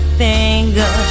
finger